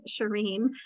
Shireen